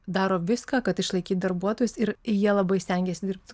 daro viską kad išlaikyt darbuotojus ir jie labai stengiasi dirbt